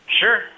Sure